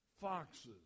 foxes